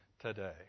today